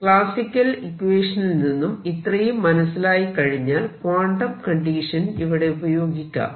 classical ഇക്വേഷനിൽ നിന്നും ഇത്രയും മനസിലായി കഴിഞ്ഞാൽ ക്വാണ്ടം കണ്ടീഷൻ ഇവിടെ ഉപയോഗിക്കാം